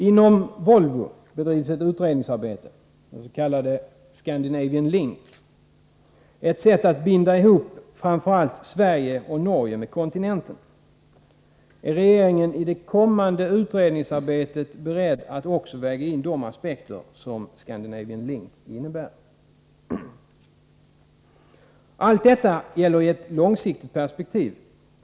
Inom Volvo bedrivs ett utredningsarbete — den s.k. Scandinavian Link, som gäller ett sätt att binda ihop framför allt Sverige och Norge med kontinenten. Är regeringen i det kommande utredningsarbetet beredd att också väga in de aspekter som Scandinavian Link innebär? Allt detta gäller i ett långsiktigt perspektiv.